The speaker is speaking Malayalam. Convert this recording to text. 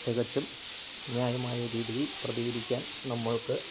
തികച്ചും ന്യായമായ രീതിയിൽ പ്രതികരിക്കാൻ നമ്മൾക്ക്